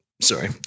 sorry